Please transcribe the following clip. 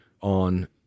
on